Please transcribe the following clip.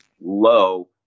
low